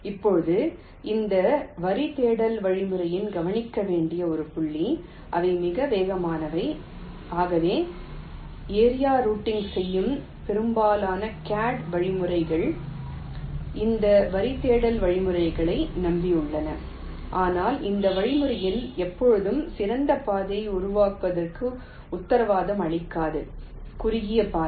இப்போது இந்த வரி தேடல் வழிமுறைகளில் கவனிக்க வேண்டிய ஒரு புள்ளி அவை மிக வேகமானவை ஆகவே ஏரியா ரூட்டிங் செய்யும் பெரும்பாலான CAD வழிமுறைகள் இந்த வரி தேடல் வழிமுறைகளை நம்பியுள்ளன ஆனால் இந்த வழிமுறைகள் எப்போதும் சிறந்த பாதையை உருவாக்குவதற்கு உத்தரவாதம் அளிக்காது குறுகிய பாதை